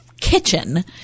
kitchen